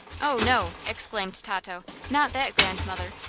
oh, no! exclaimed tato. not that, grandmother!